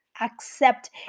accept